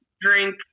drink